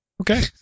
okay